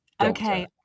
Okay